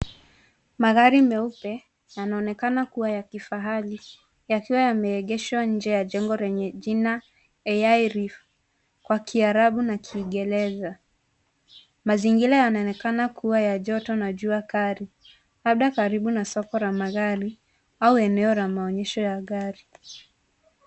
Magari meupe, yanaonekana kuwa ya kifahari yakiwa yameegeshwa nje ya jengo lenye jina AI REEF kwa kiarabu na kingereza. Mazingira yanaonekana kuwa ya joto na jua kali labda karibu na soko la magari au maeneo ya maonyesho ya magari.